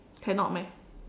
cannot meh